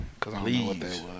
Please